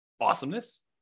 Awesomeness